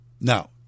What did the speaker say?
now